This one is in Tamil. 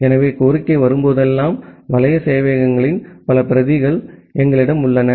எனவே கோரிக்கை வரும்போதெல்லாம் வலை சேவையகங்களின் பல பிரதிகள் எங்களிடம் உள்ளன